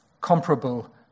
comparable